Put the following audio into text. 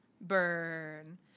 Burn